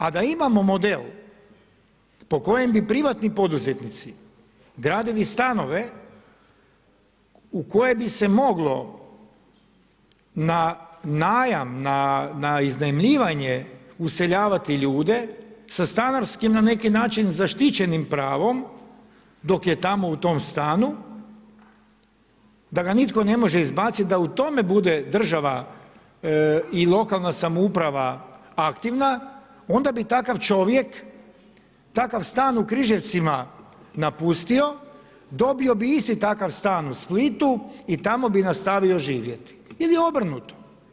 A da imamo model po kojem bi privatni poduzetnici gradili stanove u koje bi se moglo na najam, na iznajmljivanje useljavati ljude sa stanarskim na neki način zaštićenim pravom dok je tamo u tom stanu, da ga nitko ne može izbaciti da u tome bude država i lokalna samouprava aktivna, onda bi takav čovjek, takav stan u Križevcima napustio, dobio bi isti takav stan u Splitu i tamo bi nastavio živjeti ili obrnuto.